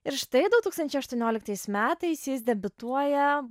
ir štai du tūkstančiai aštuonioliktais metais jis debiutuoja